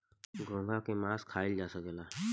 घोंघा के मास खाइल जा सकेला